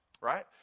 right